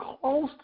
close